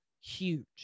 huge